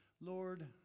Lord